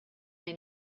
may